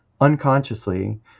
unconsciously